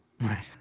Right